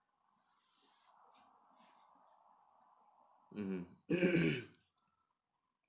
mmhmm